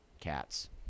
cats